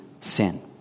sin